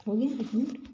हो गया इतना